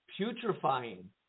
putrefying